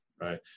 Right